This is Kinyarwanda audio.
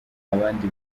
abandi